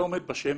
אתה עומד בשמש,